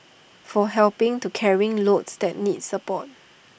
for helping to carrying loads that need support